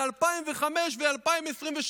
ב-2005 וב-2023,